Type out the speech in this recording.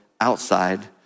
outside